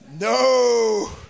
No